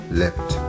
left